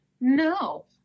No